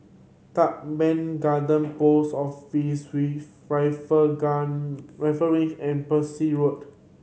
Teban Garden Post Office Rifle Gang Rifle Range and Peirce Road